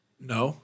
No